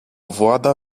włada